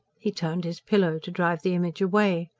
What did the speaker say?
he turned his pillow, to drive the image away.